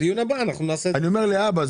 אני אומר להבא.